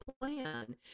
plan